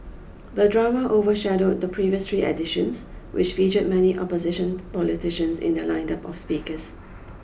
the drama overshadowed the previous three editions which featured many opposition politicians in their line up of speakers